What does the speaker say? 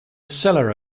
cellar